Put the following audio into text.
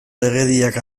legediak